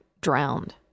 drowned